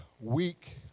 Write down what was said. week